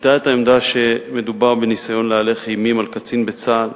וביטא את העמדה שמדובר בניסיון להלך אימים על קצין בצה"ל,